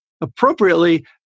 appropriately